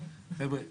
חבר'ה,